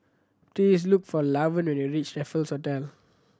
please look for Lavern when you reach Raffles Hotel